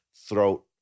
throat